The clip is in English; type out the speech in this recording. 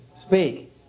speak